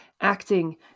acting